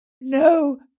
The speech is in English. No